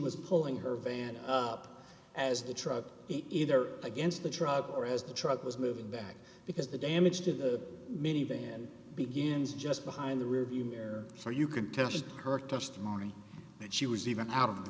was pulling her van up as a truck either against the truck or as the truck was moving back because the damage to the minivan begins just behind the rearview mirror or you could test her testimony that she was even out of the